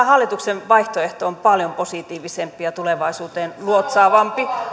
hallituksen vaihtoehto on paljon positiivisempi ja tulevaisuuteen luotsaavampi